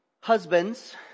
Husbands